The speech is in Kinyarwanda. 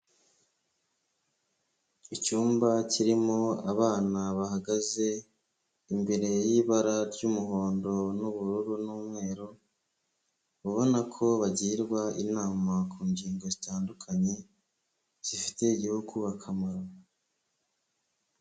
Icyumba kirimo abana bahagaze, imbere y'ibara ry'umuhondo n'ubururu n'umweru, ubona ko bagirwa inama ku ngingo zitandukanye zifitiye Igihugu akamaro.